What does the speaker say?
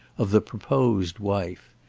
of the proposed wife.